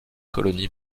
colonie